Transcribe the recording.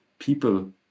people